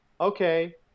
okay